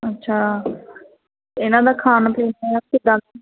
ਅੱਛਾ ਇਹਨਾਂ ਦਾ ਖਾਣ ਪੀਣ ਕਿੱਦਾਂ